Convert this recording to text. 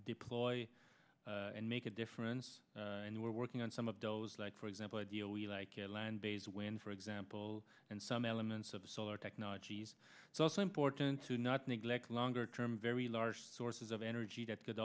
deploy and make a difference and we're working on some of those like for example ideally like a land base when for example and some elements of the solar technologies it's also important to not neglect longer term very large sources of energy that could